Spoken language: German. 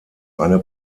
eine